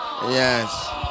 Yes